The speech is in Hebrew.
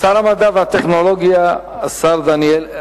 שר המדע והטכנולוגיה, השר דניאל הרשקוביץ.